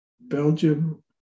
Belgium